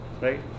right